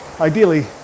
ideally